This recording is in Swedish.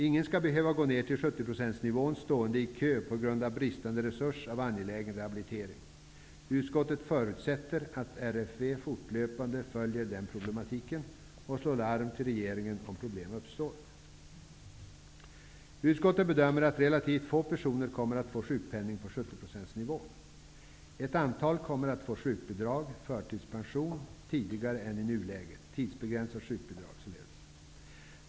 Ingen skall behöva gå ner till 70 %-nivån medan de står i kö på grund av bristande resurser för angelägen rehabilitering. Utskottet förutsätter att Riksförsäkringsverket fortlöpande följer denna fråga och slår larm till regeringen om problem uppstår. Utskottet bedömer att relativt få personer kommer att få sjukpenning på 70 %-nivån. Ett antal kommer att få tidsbegränsat sjukbidrag eller förtidspension tidigare än i nuläget.